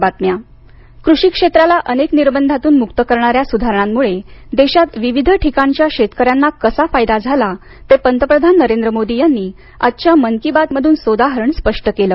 मन की बात कृषी क्षेत्राला अनेक निर्बंधातून मुक्त करणाऱ्या सुधारणांमुळे देशात विविध ठिकाणच्या शेतकऱ्यांना कसा फायदा झाला ते पंतप्रधान नरेंद्र मोदी यांनी आजच्या मन की बात मधून सोदाहरण स्पष्ट केलं